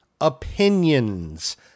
Opinions